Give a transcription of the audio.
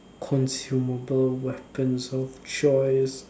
consumable weapons of choice